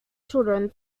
children